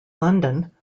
london